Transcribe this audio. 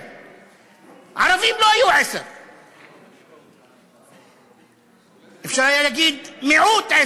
10. ערבים לא היו 10. אפשר היה להגיד: מיעוט,